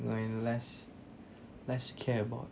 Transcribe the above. when less less care about